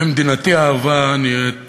מדינתי האהובה נראית